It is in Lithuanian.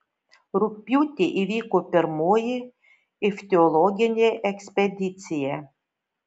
rugpjūtį įvyko pirmoji ichtiologinė ekspedicija